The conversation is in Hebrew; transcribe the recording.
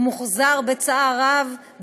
הוא מוחזק בצער רב,